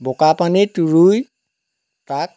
বোকা পানীত ৰুই তাত